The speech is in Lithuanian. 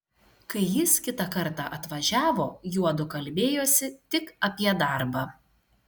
kai jis kitą kartą atvažiavo juodu kalbėjosi tik apie darbą